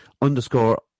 underscore